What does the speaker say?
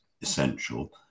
essential